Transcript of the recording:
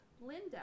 Linda